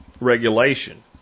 regulation